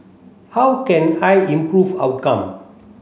how can I improve outcome